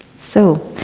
so,